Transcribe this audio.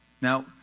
Now